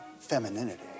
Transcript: femininity